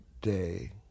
day